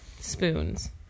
Spoons